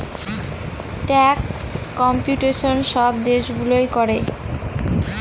ট্যাক্সে কম্পিটিশন সব দেশগুলো করে